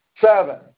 seven